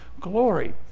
glory